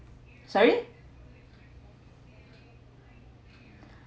sorry